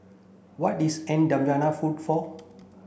what is N'Djamena food for